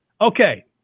Okay